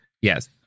yes